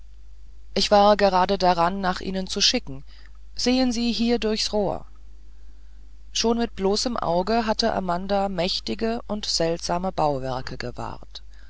ich war gerade daran nach ihnen zu schicken sehen sie hier durchs rohr schon mit bloßem auge hatte amanda mächtige und seltsame bauwerke gewahrt